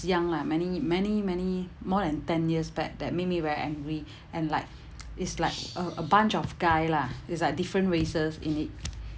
young lah many many many more than ten years back that made me were angry and like it's like a a bunch of guy lah it's like different races in it